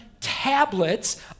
tablets